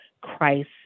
Christ